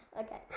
Okay